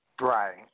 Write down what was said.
Right